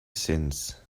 since